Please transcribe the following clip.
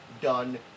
done